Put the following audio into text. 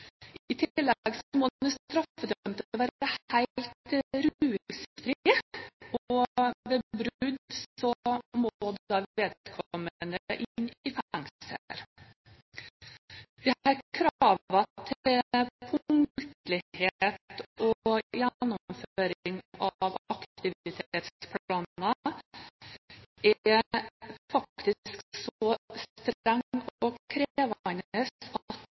I tillegg må den straffedømte være helt rusfri, og ved brudd må vedkommende inn i fengsel. Kravene til punktlighet og gjennomføring av aktivitetsplaner er faktisk så strenge og